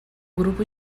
grupo